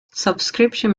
subscription